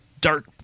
dark